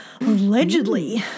Allegedly